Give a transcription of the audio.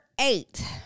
eight